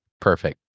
perfect